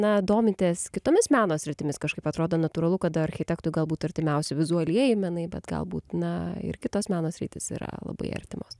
na domitės kitomis meno sritimis kažkaip atrodo natūralu kad architektui galbūt artimiausi vizualieji menai bet gal būt na ir kitos meno sritys yra labai artimos